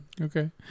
Okay